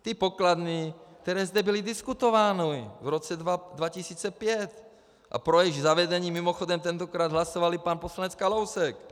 Ty pokladny, které zde byly diskutovány v roce 2005 a pro jejichž zavedení mimochodem tenkrát hlasoval i pan poslanec Kalousek.